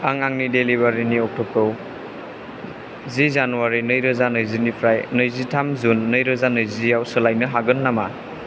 आं आंनि डेलिबिरिनि अक्ट'खौ जि जानुवारि नैजिरोजा नैजिनिफ्राय नैजिथाम जुन नैरोजा नैजियाव सोलायनो हागोन नामा